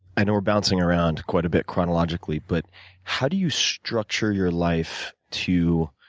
i know we're bouncing around quite a bit chronologically, but how do you structure you're life to